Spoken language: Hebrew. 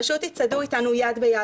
פשוט תצעדו איתנו יד ביד.